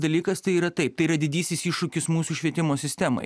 dalykas tai yra taip tai yra didysis iššūkis mūsų švietimo sistemai